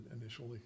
initially